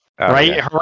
Right